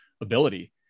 ability